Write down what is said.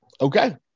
Okay